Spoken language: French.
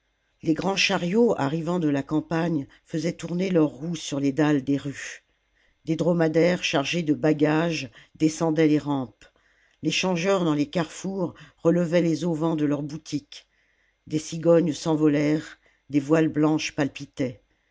les grands chariots arrivant de la cam salammbo pagne faisaient tourner leurs roues sur les dalles des rues des dromadaires chargés de bagages descendaient les rampes les changeurs dans les carrefours relevaient les auvents de leurs boutiques des cigognes s'envolèrent des voiles blanches palpitaient